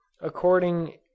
according